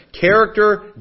Character